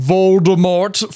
Voldemort